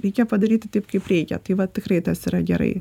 reikia padaryti taip kaip reikia tai va tikrai tas yra gerai